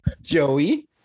Joey